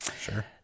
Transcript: Sure